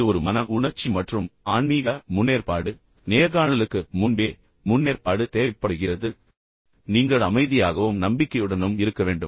இது ஒரு மன உணர்ச்சி மற்றும் ஆன்மீக முன்னேற்பாடு பின்னர் நேர்காணலுக்கு முன்பே முன்னேற்பாடு தேவைப்படுகிறது பின்னர் நீங்கள் அமைதியாகவும் நம்பிக்கையுடனும் இருக்க வேண்டும்